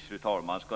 Fru talman!